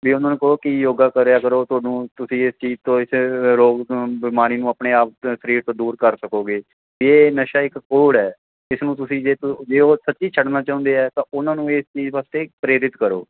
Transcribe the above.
ਅਤੇ ਉਹਨਾਂ ਨੂੰ ਕਹੋ ਕਿ ਯੋਗਾ ਕਰਿਆ ਕਰੋ ਤੁਹਾਨੂੰ ਤੁਸੀਂ ਇਸ ਚੀਜ਼ ਤੋਂ ਇਸ ਰੋਗ ਤੋਂ ਬਿਮਾਰੀ ਨੂੰ ਆਪਣੇ ਆਪ ਸਰੀਰ ਤੋਂ ਦੂਰ ਕਰ ਸਕੋਗੇ ਇਹ ਨਸ਼ਾ ਇੱਕ ਕੋਹੜ ਹੈ ਇਸਨੂੰ ਤੁਸੀਂ ਜੇ ਜੇ ਉਹ ਸੱਚੀ ਛੱਡਣਾ ਚਾਹੁੰਦੇ ਹੈ ਤਾਂ ਉਹਨਾਂ ਨੂੰ ਇਸ ਚੀਜ਼ ਵਾਸਤੇ ਪ੍ਰੇਰਿਤ ਕਰੋ